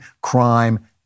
crime